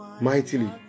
mightily